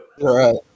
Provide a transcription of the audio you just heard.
right